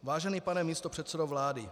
Vážený pane místopředsedo vlády.